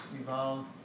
evolve